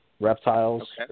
Reptiles